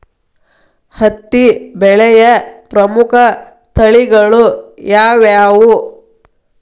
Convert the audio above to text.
ಹತ್ತಿ ಬೆಳೆಯ ಪ್ರಮುಖ ತಳಿಗಳು ಯಾವ್ಯಾವು?